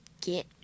get